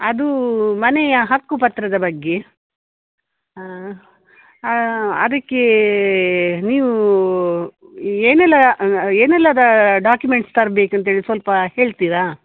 ಅದೂ ಮನೆಯ ಹಕ್ಕು ಪತ್ರದ ಬಗ್ಗೆ ಹಾಂ ಅದಕ್ಕೇ ನೀವೂ ಏನೆಲ್ಲ ಏನೆಲ್ಲ ಡಾಕ್ಯುಮೆಂಟ್ಸ್ ತರ್ಬೇಕು ಅಂತೇಳಿ ಸ್ವಲ್ಪ ಹೇಳ್ತಿರಾ